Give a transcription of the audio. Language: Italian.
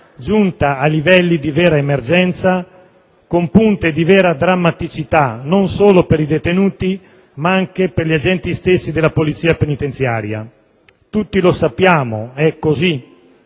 giunta a livelli di vera emergenza, con punte di vera drammaticità non solo per i detenuti ma anche per gli agenti stessi della polizia penitenziaria. Tutti lo sappiamo, è così,